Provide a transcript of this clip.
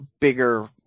bigger